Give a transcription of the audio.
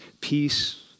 peace